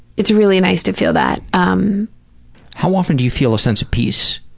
it's really nice to feel that. um how often do you feel a sense of peace,